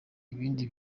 ibindi